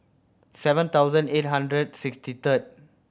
seven thousand eight hundred sixty third